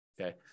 Okay